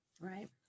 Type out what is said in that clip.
right